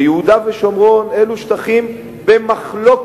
שיהודה ושומרון אלו שטחים במחלוקת.